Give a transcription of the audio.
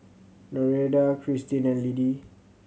Nereida Kristin and Liddie